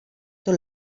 tot